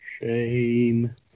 Shame